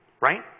Right